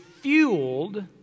fueled